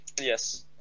Yes